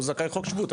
הוא זכאי חוק שבות,